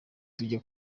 tujya